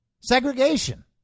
segregation